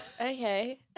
Okay